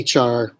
HR